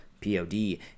P-O-D